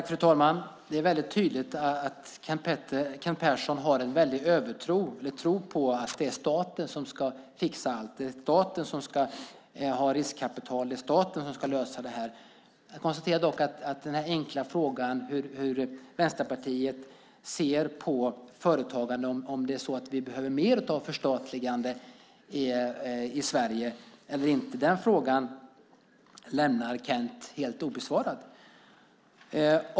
Fru talman! Det är tydligt att Kent Persson har en väldig tro på att det är staten som ska fixa allt. Det är staten som ska ha riskkapital. Det är staten som ska lösa det här. Jag konstaterar att den enkla frågan hur Vänsterpartiet ser på företagande, om vi behöver mer av förstatligande i Sverige eller inte, lämnar Kent helt obesvarad.